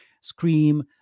Scream